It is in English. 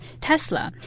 Tesla